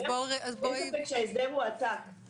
שאמרה שבאופן כללי,